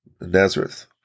Nazareth